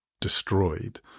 destroyed